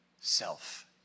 self